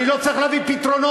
אני לא צריך להביא פתרונות.